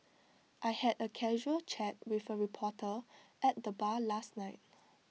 I had A casual chat with A reporter at the bar last night